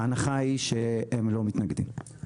ההנחה היא שהם לא מתנגדים.